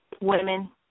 Women